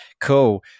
cool